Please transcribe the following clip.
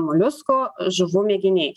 moliusko žuvų mėginiai